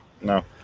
No